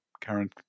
Karen